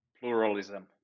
pluralism